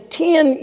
ten